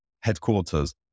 headquarters